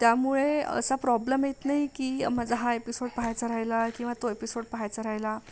त्यामुळे असा प्रॉब्लेम येत नाही की माझा हा एपिसोड पाहायचा राहिला की तो एपिसोड पाहायचा राहिला